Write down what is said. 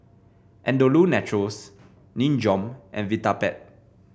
Andalou Naturals Nin Jiom and Vitapet